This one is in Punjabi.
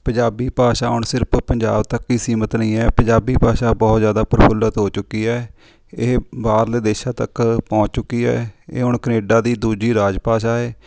ਪੰਜਾਬੀ ਭਾਸ਼ਾ ਹੁਣ ਸਿਰਫ਼ ਪੰਜਾਬ ਤੱਕ ਹੀ ਸੀਮਿਤ ਨਹੀਂ ਹੈ ਪੰਜਾਬੀ ਭਾਸ਼ਾ ਬਹੁਤ ਜ਼ਿਆਦਾ ਪ੍ਰਫੁੱਲਤ ਹੋ ਚੁੱਕੀ ਹੈ ਇਹ ਬਾਹਰਲੇ ਦੇਸ਼ਾਂ ਤੱਕ ਪਹੁੰਚ ਚੁੱਕੀ ਹੈ ਇਹ ਹੁਣ ਕੈਨੇਡਾ ਦੀ ਦੂਜੀ ਰਾਜ ਭਾਸ਼ਾ ਹੈ